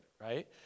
right